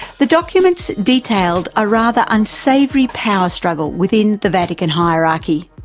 the documents detailed a rather unsavoury power struggle within the vatican hierarchy.